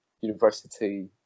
university